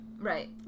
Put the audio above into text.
Right